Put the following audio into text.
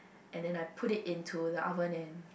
and then I put it into the oven and